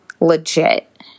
legit